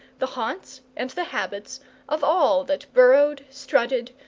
the haunts and the habits of all that burrowed, strutted,